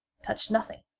touched nothing.